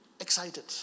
excited